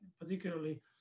particularly